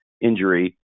injury